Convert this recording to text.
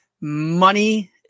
Money